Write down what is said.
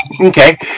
Okay